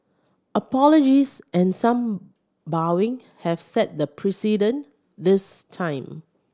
apologies and some bowing have set the precedent this time